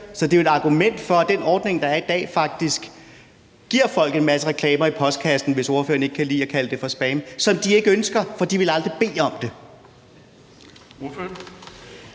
Så det er jo et argument for, at den ordning, der er i dag, faktisk giver folk en masse reklamer i postkassen – hvis ordføreren ikke kan lide at kalde det for spam – som de ikke ønsker, for de ville aldrig bede om det.